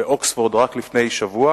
באוקספורד, רק לפני שבוע